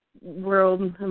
world